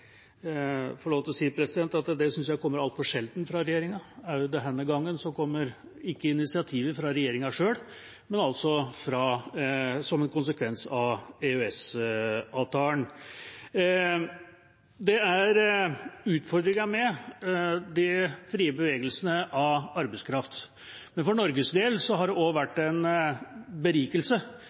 få lov til å si at det synes jeg kommer altfor sjelden fra regjeringa. Også denne gangen kommer initiativet ikke fra regjeringa selv, men altså som en konsekvens av EØS-avtalen. Det er utfordringer med de frie bevegelsene av arbeidskraft, men for Norges del har det også vært en berikelse